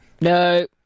No